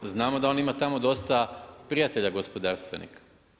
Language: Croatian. Znamo da on ima tamo dosta prijatelja gospodarstvenika.